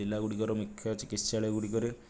ଜିଲ୍ଲା ଗୁଡ଼ିକରେ ମୁଖ୍ୟ ଚିକିତ୍ସାଳୟ ଗୁଡ଼ିକରେ